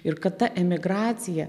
ir kad ta emigracija